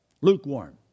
lukewarm